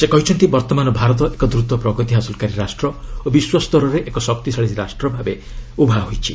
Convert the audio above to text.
ସେ କହିଛନ୍ତି ବର୍ତ୍ତମାନ ଭାରତ ଏକ ଦ୍ରତ ପ୍ରଗତି ହାସଲକାରୀ ରାଷ୍ଟ୍ର ଓ ବିଶ୍ୱ ସ୍ତରରେ ଏକ ଶକ୍ତିଶାଳୀ ରାଷ୍ଟ୍ରଭାବେ ଉଭା ହେଉଛି